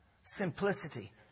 Simplicity